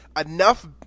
enough